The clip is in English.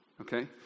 okay